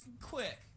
quick